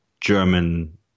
German